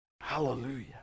Hallelujah